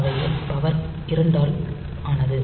அவைகள் பவர் 2 ஆல் ஆனது